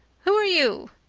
who are you?